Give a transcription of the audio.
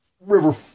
River